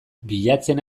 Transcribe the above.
bilatzen